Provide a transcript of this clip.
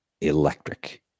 electric